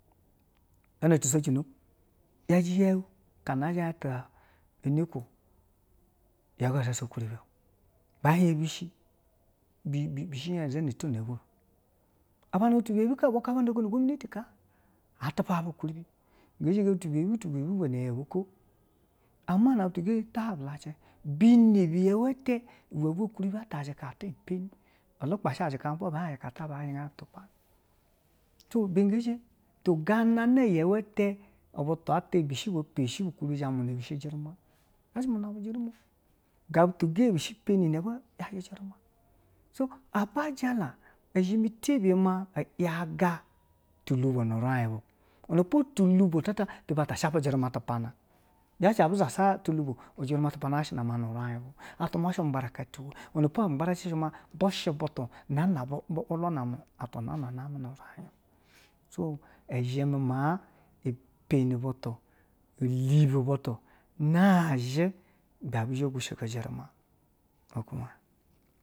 Gana ti sejino yaji yeu kana aza yata nico yeu ga zha sha ukuribi o ba hien bishi, bishi hien bu izha ɛnana to ni na gogo. A na butu bu yabi kaa ibwa kaa nda ugondu gomine tu kaa a ti para bu ukuribi gon zhegeni butu bu yebi, butu yebi vwa ime yeu ko ama ine butu keye ta hwayi bu lace bine bu yeu ita ibwa vwa ukuribi a zika ta peni ilugbashi azika umpwa bu hien azita ta ba yaji ga hien bu pani ganana yeu te ibutu ata bishi ibwa peni nu shi bu ukuribi zha ba nuna bishi ujiruma bu zha ba muna bu ujiruma ga butu gee ye bishi peni ine vwa yaji ujiruma, a ba jala izheme tebi ye maa yaga tulubo ni urain bu iwene tulubo ta, ata taba ta shipe ujiruma tu pana, yashi a bi zha she tulubo ujiruma zha shi yanama nu rain bu, a twa mwa ʒhiashi ma bu gbara tu waa, wenepa agbarace shi maa bu shi butu nana wula na atwa nana nama nu rain bu so i zheme maa i peni butu i lubi butu na zhi i bi zha bwo go shigo ujiruma.